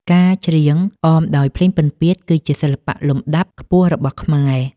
ការច្រៀងអមដោយភ្លេងពិណពាទ្យ គឺជាសិល្បៈលំដាប់ខ្ពស់របស់ខ្មែរ។